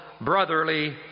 brotherly